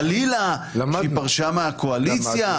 חלילה, שהיא פרשה מהקואליציה.